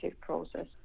process